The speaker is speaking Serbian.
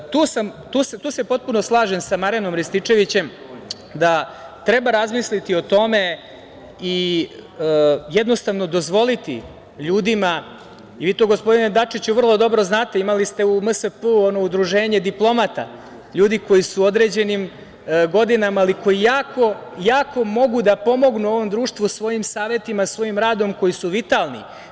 Tu se potpuno slažem sa Marijanom Rističevićem da treba razmisliti o tome i jednostavno dozvoliti ljudima i vi to gospodine Dačiću vrlo dobro znate, imali ste u MSP-u ono Udruženje diplomata, ljudi koji su u određenim godinama, ali koji jako mogu da pomognu ovom društvu svojim savetima, svojim radom, koji su vitalni.